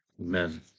Amen